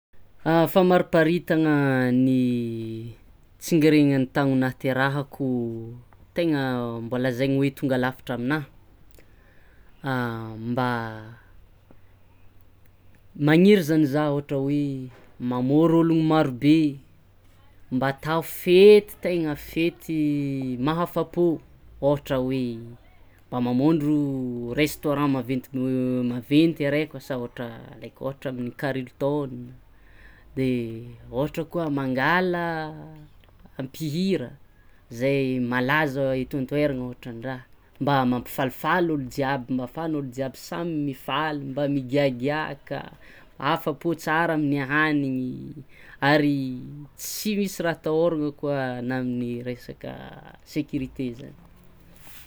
Famariparitagna ny tsingeregnan'ny tagno nahaterahako taigna mba lazaigny hoe tonga lafatra aminaha: mba magniry zany zaha ohatra hoe mamôry ôlogno marobe, mba atao fety taigna fety mahafapô, ohatra hoe mba mamôndro raistaurant maventy maventy araiky asa ohatra, alaiky ohatra amin'ny carliton, ohatra koa mangala mpihira zay malaza eto an-toairagna ohatran-draha, mba mampifalifaly ôlo jiaby mba afahan'ôlo jiaby samy mifaly, mba migiagiaka, afapô tsara amin'ny ahanigny, ary tsisy raha atahaoragna koa na amin'ny raisaka sécurité zany.